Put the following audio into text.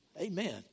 Amen